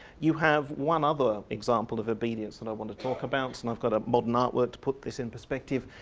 you have one other example of obedience that i want to talk about and i've got a modern artwork to put this in perspective.